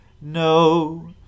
No